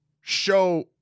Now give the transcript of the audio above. show